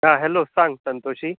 आं हॅलो सांग संतोशी